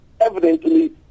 evidently